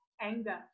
anger